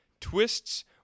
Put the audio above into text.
twists